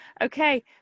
Okay